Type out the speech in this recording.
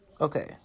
okay